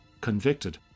convicted